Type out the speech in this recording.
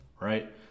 right